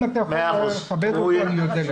אם אתה יכול לכבד אותו אני אודה לך.